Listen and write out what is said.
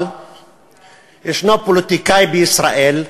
אבל יש פוליטיקאי בישראל,